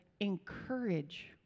encourage